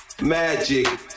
magic